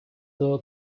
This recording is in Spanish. tuvo